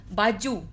baju